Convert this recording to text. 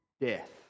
death